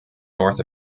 north